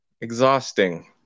exhausting